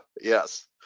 Yes